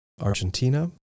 Argentina